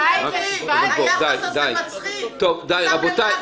בזמן הזה של התשעה חודשים אנחנו משקיעים את ההסברה,